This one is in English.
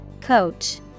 Coach